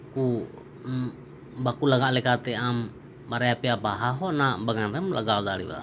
ᱠᱚ ᱵᱟᱠᱳ ᱞᱟᱜᱟᱜ ᱞᱮᱠᱟᱛᱮ ᱟᱢ ᱵᱟᱨᱭᱟ ᱯᱮᱭᱟ ᱵᱟᱦᱟ ᱦᱚᱸ ᱚᱱᱟ ᱵᱟᱜᱟᱱ ᱨᱮᱢ ᱞᱟᱜᱟᱣ ᱫᱟᱲᱮᱭᱟᱜᱼᱟ